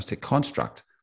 construct